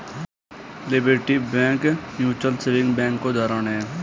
liberty bank mutual saving bank का उदाहरण है